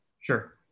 Sure